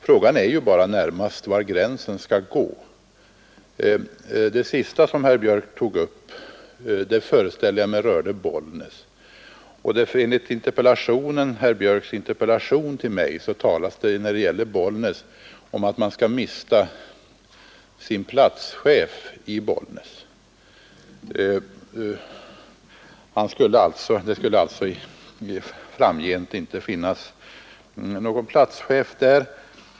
Frågan är närmast var gränsen skall gå. Det sista som herr Björk tog upp föreställer jag mig rörde Bollnäs. I herr Björks interpellation till mig talas det om att Bollnäs skall mista sin platschef. Det skulle alltså framgent inte finnas någon platschef där.